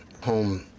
home